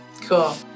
Cool